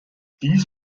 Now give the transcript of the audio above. dies